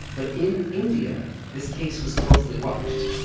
but in india, this case was closely watched.